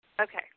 Okay